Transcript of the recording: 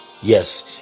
Yes